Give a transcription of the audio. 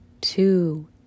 two